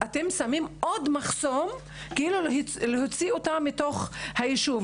אתם שמים עוד מחסום כאילו להוציא אותן מתוך היישוב.